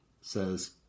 says